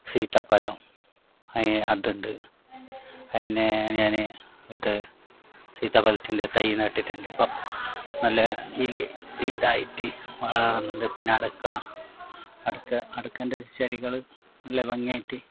സീതപ്പഴം അതിന് അത് ഉണ്ട് അതിനെ ഞാൻ ഇത് സീത ഫലത്തിൻ്റെ തൈ നട്ടിട്ടുണ്ട് നല്ല ഇതിൽ ഇതായിട്ട് വളരുന്നുണ്ട് പിന്നെ അടക്ക അടക്ക അടക്കേൻ്റെ ചെടികൾ നല്ല ഭംഗിയായിട്ട്